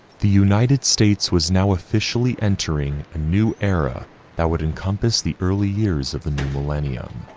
the united states was now officially entering a new era that would encompass the early years of the new millennium.